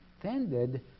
tended